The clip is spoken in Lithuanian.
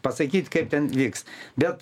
pasakyt kaip ten vyks bet